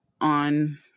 on